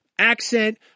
Accent